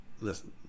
Listen